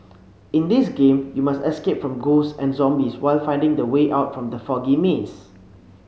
in this game you must escape from ghosts and zombies while finding the way out from the foggy maze